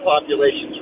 population's